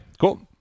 cool